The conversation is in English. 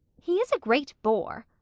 he is a great bore.